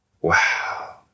Wow